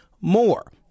more